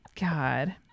God